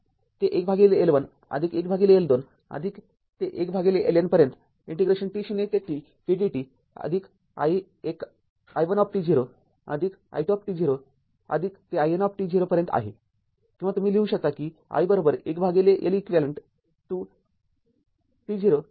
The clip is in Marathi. ते १ L१ आदिक १ L२ आदिक ते १ LN पर्यंत इंटिग्रेशन t0 ते t v dt आदिक i१ t आदिक i२t आदिक ते iN t पर्यंत आहे किंवा तुम्ही लिहू शकता कि i१ L eq t0 ते t v dt आहे